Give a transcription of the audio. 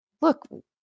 look